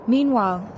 Meanwhile